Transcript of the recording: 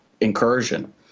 incursion